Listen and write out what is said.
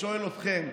ושואל אתכם: